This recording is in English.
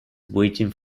waiting